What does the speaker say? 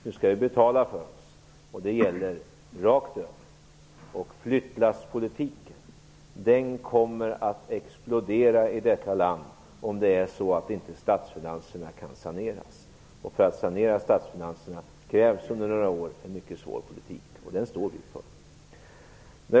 Nu skall vi betala för oss, och det gället rakt över. Flyttlasspolitiken kommer att explodera i detta land, om inte statsfinanserna kan saneras. För att sanera statsfinanserna krävs under några år en mycket svår politik, och den står vi för.